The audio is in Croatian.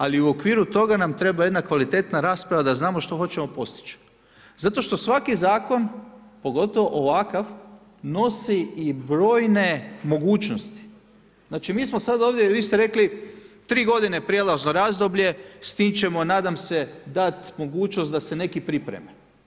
Ali u okviru toga nam treba jedna kvalitetna rasprava da znamo što hoćemo postići, zato što svaki zakon pogotovo ovakav nosi i brojne mogućnosti znači mi smo sada ovdje vi ste rekli tri godine prijelazno razdoblje s tim ćemo nadam se dat mogućnost da se neki pripreme.